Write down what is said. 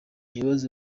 mwibaze